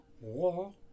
war